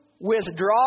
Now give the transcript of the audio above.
withdraw